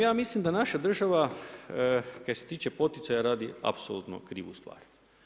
Ja mislim da naša država kaj se tiče poticaja radi apsolutno krivu stvar.